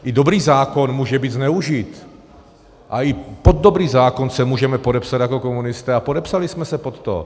I dobrý zákon může být zneužit a i pod dobrý zákon se můžeme podepsat jako komunisté a podepsali jsme se pod to.